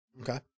Okay